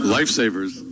Lifesavers